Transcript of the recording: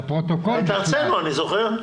את הרצנו אני זוכר.